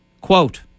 Quote